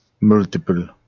Multiple